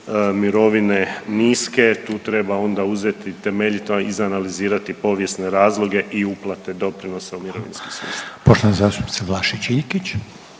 mirovine niske, tu treba onda uzeti temeljito izanalizirati povijesne razloge i uplate doprinosa u mirovinski sustav. **Reiner, Željko